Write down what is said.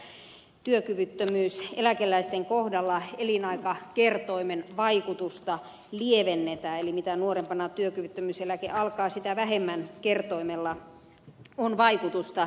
myönteistä on se että työkyvyttömyyseläkeläisten kohdalla elinaikakertoimen vaikutusta lievennetään eli mitä nuorempana työkyvyttömyyseläke alkaa sitä vähemmän kertoimella on vaikutusta eläkkeen määrään